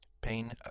Pain